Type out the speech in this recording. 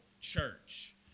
church